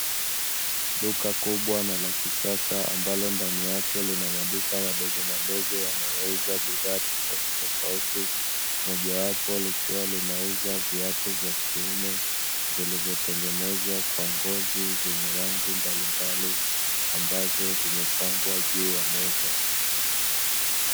Duka kubwa na la kisasa ambalo ndani yake lina maduka madogomadogo yanayouza bidhaa tofautitofauti, mojawapo likiwa linauza viatu vya kiume vilivyotengenezwa kwa ngozi, vyenye rangi mbalimbali ambavyo vimepangwa juu ya meza.